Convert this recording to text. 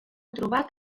trobat